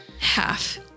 Half